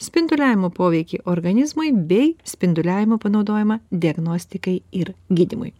spinduliavimo poveikį organizmui bei spinduliavimo panaudojimą diagnostikai ir gydymui